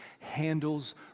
handles